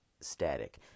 static